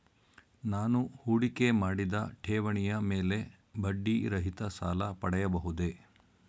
ನಾನು ಹೂಡಿಕೆ ಮಾಡಿದ ಠೇವಣಿಯ ಮೇಲೆ ಬಡ್ಡಿ ರಹಿತ ಸಾಲ ಪಡೆಯಬಹುದೇ?